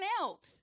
else